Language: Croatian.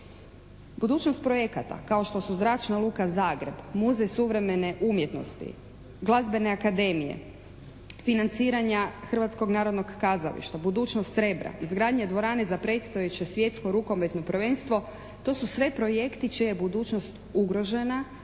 Budućnost projekata kao što su zračna luka Zagreb, muzej suvremene umjetnosti, glazbene akademije, financiranja Hrvatskog narodnog kazališta, budućnost "Rebra", izgradnja dvorane za predstojeće svjetsko rukometno prvenstvo to su sve projekti čija je budućnost ugrožena